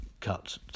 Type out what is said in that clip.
cut